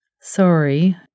Sorry